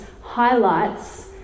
highlights